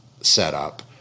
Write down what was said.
setup